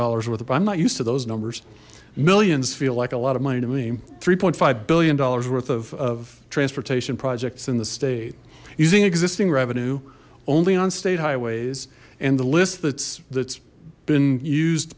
dollars worth of i'm not used to those numbers millions feel like a lot of money to me three five billion dollars worth of transportation projects in the state using existing revenue only on state highways and the list that's that's been used